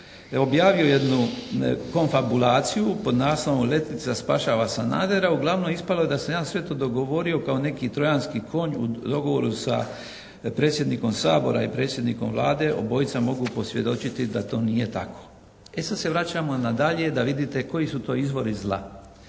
objavio jednu konfabulaciju pod naslovom "Letica spašava Sanadera", uglavnom ispada da sam ja sve to dogovorio kao neki trojanski konj u dogovoru sa predsjednikom Sabora i predsjednikom Vlade. Obojica mogu posvjedočiti da to nije tako. E sada se vraćamo na dalje da vidite koji su to izvori zla,